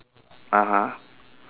(uh huh)